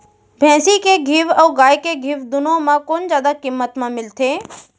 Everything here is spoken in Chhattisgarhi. भैंसी के घीव अऊ गाय के घीव दूनो म कोन जादा किम्मत म मिलथे?